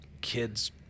kids